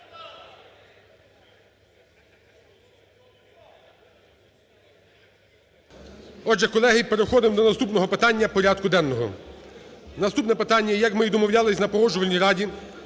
Отже, колеги, переходимо до наступного питання порядку денного. Наступне питання, як ми і домовлялися на Погоджувальній раді,